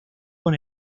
con